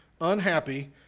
unhappy